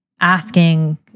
asking